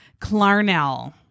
Clarnell